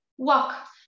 walk